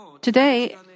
today